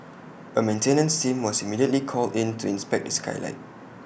A maintenance team was immediately called in to inspect the skylight